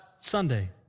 Sunday